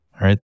right